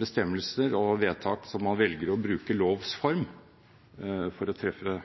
bestemmelser og vedtak som man velger å bruke lovs form for å treffe